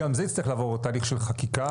גם זה יצטרך לעבור תהליך של חקיקה.